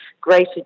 greater